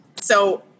So-